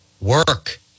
work